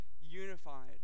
unified